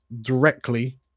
directly